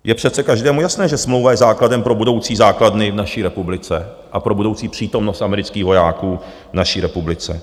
Je přece každému jasné, že smlouva je základem pro budoucí základny v naší republice a pro budoucí přítomnost amerických vojáků v naší republice.